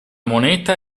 moneta